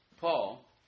Paul